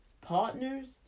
partners